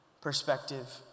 perspective